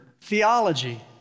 theology